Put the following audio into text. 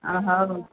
ହଁ ହଉ